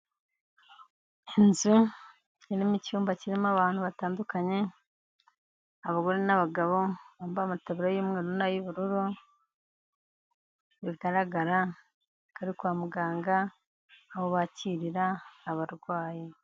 Inzu irimo icyumba kirimo abantu batandukanye abagore n'abagabo bambaye amataburiya y'umweru n'ay'ubururu bigaragara ko ari muganga aho bakirira abarwayi.